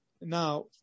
Now